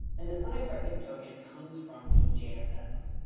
and this unexpected token comes from the jsx.